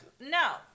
No